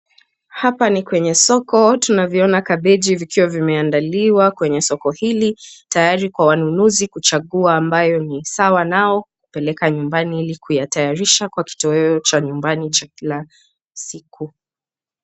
Hapa ni kwenye soko tayari tunaonaziona kabeji zikiwa zimeandaliwa katika soko hili tayari kwa wanunuzi kuchagua ambayo ni sawa nao ili kupeleka nyumbani, ili kuitayarisha kitoeyo cha nyumbani cha kila siku.